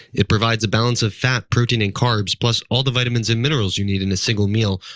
it provides a balance of fat, protein, and carbs, plus all the vitamins and minerals you need in a single meal,